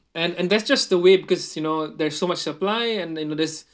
and and that's just the way because you know there's so much supply and you know there's